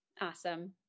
Awesome